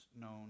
known